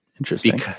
Interesting